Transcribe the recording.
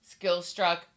Skillstruck